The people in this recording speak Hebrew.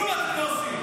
כלום אתם לא עושים.